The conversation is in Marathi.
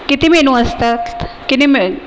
किती मेनू असतात किती मेन